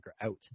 out